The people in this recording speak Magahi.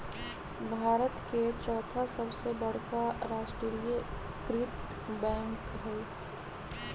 भारत के चौथा सबसे बड़का राष्ट्रीय कृत बैंक हइ